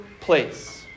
place